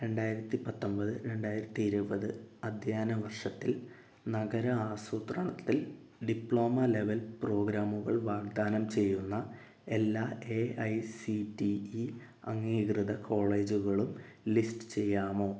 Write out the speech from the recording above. രണ്ടായിരത്തി പത്തൊൻപത് രണ്ടായിരത്തി ഇരുപത് അധ്യയന വർഷത്തിൽ നഗര ആസൂത്രണത്തിൽ ഡിപ്ലോമ ലെവൽ പ്രോഗ്രാമുകൾ വാഗ്ദാനം ചെയ്യുന്ന എല്ലാ A I C T E അംഗീകൃത കോളേജുകളും ലിസ്റ്റ് ചെയ്യാമോ